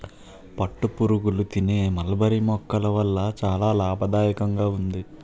పట్టుపురుగులు తినే మల్బరీ మొక్కల వల్ల చాలా లాభదాయకంగా ఉంది